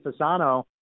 Fasano